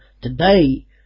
today